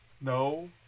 No